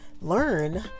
learn